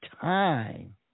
time